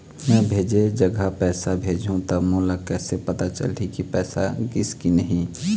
मैं भेजे जगह पैसा भेजहूं त मोला कैसे पता चलही की पैसा गिस कि नहीं?